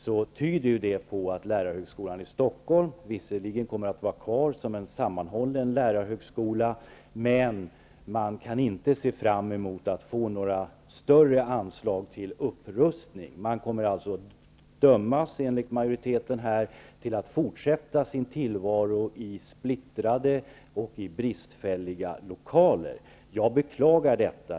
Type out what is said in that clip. Det tyder på att lärarhögskolan i Stockholm visserligen kommer att finnas kvar som en sammanhållen lärarhögskola. Men det går inte att se fram emot några större anslag till upprustning. Högskolan kommer att dömas av majoriteten till att få fortsätta sin tillvaro i splittrade och bristfälliga lokaler. Jag beklagar detta.